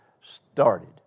started